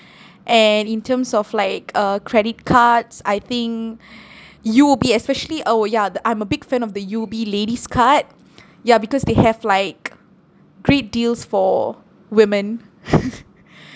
and in terms of like uh credit cards I think you will be especially oh ya the I'm a big fan of the U_O_B lady's card ya because they have like great deals for women